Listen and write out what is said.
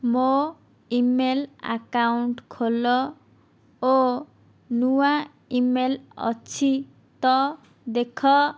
ମୋ email account ଖୋଲ ଓ ନୂଆ ଇ ମେଲ୍ ଅଛି ତ ଦେଖ